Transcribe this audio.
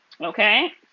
Okay